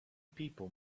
people